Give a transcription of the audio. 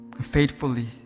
faithfully